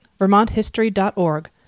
vermonthistory.org